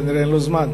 כנראה אין לו זמן.